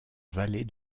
vallée